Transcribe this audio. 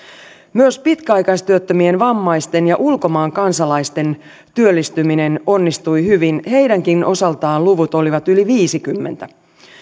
myös pitkäaikaistyöttömien vammaisten ja ulkomaan kansalaisten työllistyminen onnistui hyvin heidänkin osaltaan luvut olivat yli viidennenkymmenennen